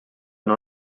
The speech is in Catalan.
nou